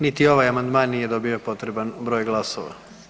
Niti ovaj amandman nije dobio potreban broj glasova.